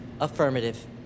Affirmative